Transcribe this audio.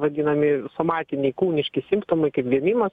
vadinami somatiniai kūniški simptomai kaip vėmimas